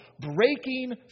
breaking